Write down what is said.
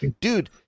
dude